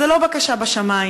זו לא בקשה בשמים